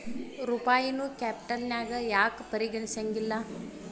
ರೂಪಾಯಿನೂ ಕ್ಯಾಪಿಟಲ್ನ್ಯಾಗ್ ಯಾಕ್ ಪರಿಗಣಿಸೆಂಗಿಲ್ಲಾ?